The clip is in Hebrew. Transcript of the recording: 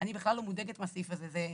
אני בכלל לא מודאגת מהסעיף הזה,